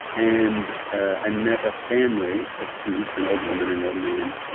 and i met a family of two, an old woman an an old man,